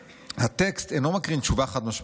"'הטקסט אינו מקרין תשובה חד-משמעית.